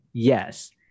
Yes